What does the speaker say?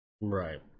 right